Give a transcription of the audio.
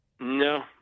No